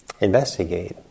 investigate